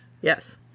Yes